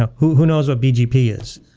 ah who who knows what bgp is?